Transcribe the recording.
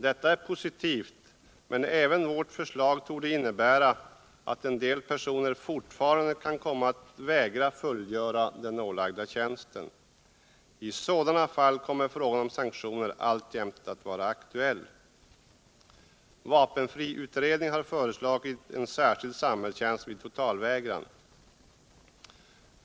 Detta är positivt, men även vårt förslag torde innebära att en del personer fortfarande kan komma att vägra fullgöra den ålagda tjänsten. I sådana fall kommer frågan om sanktioner alltjämt att vara aktuell. Vapenfriutredningen har föreslagit en särskild samhällstjänst vid totalvägran.